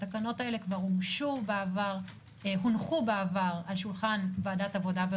התקנות האלה כבר הונחו בעבר על שולחן ועדת העבודה והרווחה.